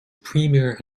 premier